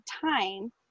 time